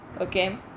Okay